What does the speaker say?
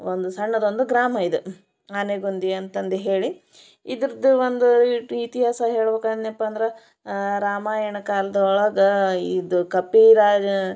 ಒಂದು ಸಣ್ಣದೊಂದು ಗ್ರಾಮ ಇದು ಆನೆಗುಂದಿ ಅಂತಂದು ಹೇಳಿ ಇದ್ರದ್ದು ಒಂದು ಈಟು ಇತಿಹಾಸ ಹೇಳ್ಬೇಕು ಅಂದನಪ್ಪ ಅಂದ್ರೆ ರಾಮಾಯಣ ಕಾಲ್ದೊಳಗೆ ಇದು ಕಪಿರಾಜ